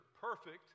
perfect